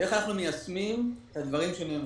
איך אנחנו מיישמים את הדברים שנאמרו?